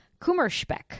Kummerspeck